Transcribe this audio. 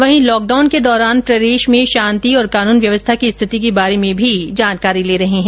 वहीं लॉकडाउन के दौरान प्रदेश में शांति और कानून व्यवस्था की स्थिति के बारे में भी जानकारी ले रहे है